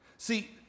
See